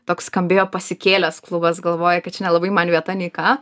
toks skambėjo pasikėlęs klubas galvoju kad čia nelabai man vieta nei ką